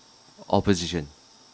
opposition